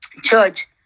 church